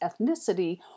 ethnicity